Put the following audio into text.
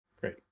Great